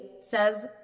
says